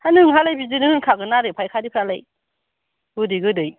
हा नोंहालाय बिदिनो होनखागोन आरो फायखारि फ्रालाय गोदै गोदै